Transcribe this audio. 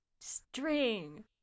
string